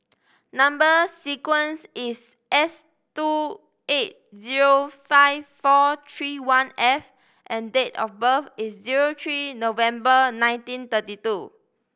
number sequence is S two eight zero five four three one F and date of birth is zero three November nineteen thirty two